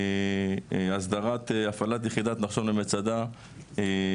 הסדרת הפעלת יחידת נחשון ומצדה,